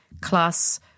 class